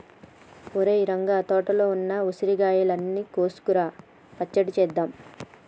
ఒరేయ్ రంగ తోటలో ఉన్న ఉసిరికాయలు అన్ని కోసుకురా పచ్చడి సేసేద్దాం